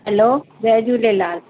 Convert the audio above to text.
hello जय झूलेलाल